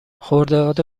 خرداد